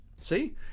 see